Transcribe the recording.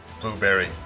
Blueberry